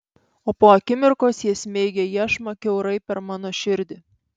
o po akimirkos jie smeigia iešmą kiaurai per mano širdį